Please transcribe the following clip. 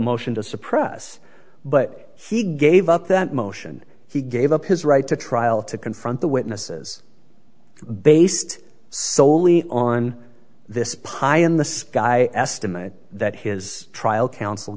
motion to suppress but he gave up that motion he gave up his right to trial to confront the witnesses based solely on this pile in the sky estimate that his trial counsel